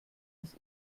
des